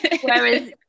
whereas